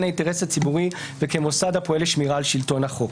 על האינטרס הציבורי וכמוסד הפועל לשמירה על שלטון החוק.